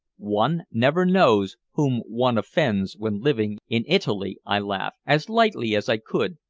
one never knows whom one offends when living in italy, i laughed, as lightly as i could,